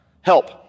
Help